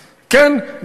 כן,